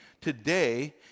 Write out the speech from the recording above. today